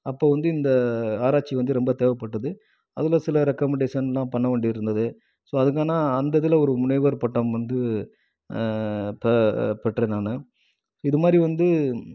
அப்போது வந்து இந்த ஆராய்ச்சி வந்து ரொம்ப தேவைப்பட்டது அதில் சில ரெக்கமண்டேஷன்லாம் பண்ண வேண்டி இருந்தது ஸோ அதுக்கு ஆனால் அந்த இதில் ஒரு முனைவர் பட்டம் வந்து த பெற்றேன் நான் இது மாதிரி வந்து